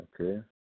okay